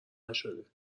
نشده